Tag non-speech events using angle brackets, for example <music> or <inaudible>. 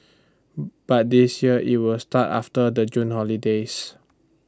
<noise> but this year IT will start after the June holidays